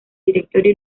directorio